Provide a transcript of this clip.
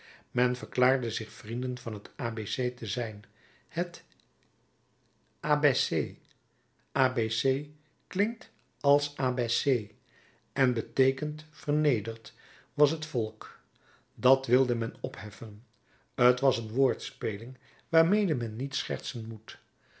men verklaarde zich vrienden van het a b c te zijn het abaissé a b c klinkt als abaissé en beteekent vernederd was het volk dat wilde men opheffen t was een woordspeling waarmede men niet schertsen moet